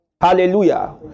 Hallelujah